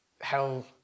hell